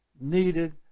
needed